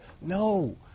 No